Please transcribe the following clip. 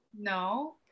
no